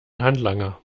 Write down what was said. handlanger